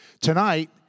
Tonight